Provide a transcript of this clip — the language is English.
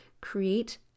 create